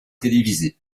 télévisé